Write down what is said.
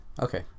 Okay